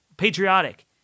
patriotic